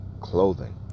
clothing